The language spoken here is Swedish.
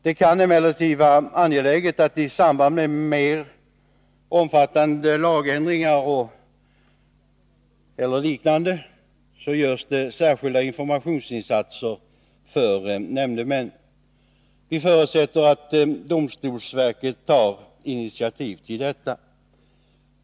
Det kan emellertid vara angeläget att i samband med mer omfattande lagändringar eller liknande göra särskilda informationsinsatser för nämndemännen. Vi förutsätter att domstolsverket tar initiativ till detta.